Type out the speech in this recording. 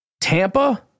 Tampa